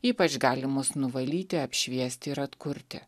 ypač gali mus nuvalyti apšviesti ir atkurti